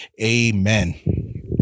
amen